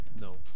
No